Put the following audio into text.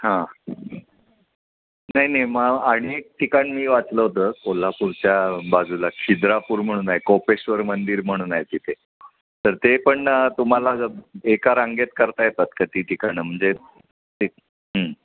हां नाही नाही मग आणि एक ठिकाण मी वाचलं होतं कोल्हापूरच्या बाजूला खिद्रापूर म्हणून आहे कोपेश्वर मंदिर म्हणून आहे तिथे तर ते पण तुम्हाला जर एका रांगेत करता येतात का ती ठिकाणं म्हणजे ते